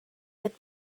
get